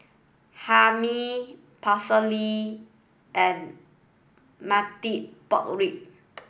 Hae Mee Pecel Lele and Marmite Pork Ribs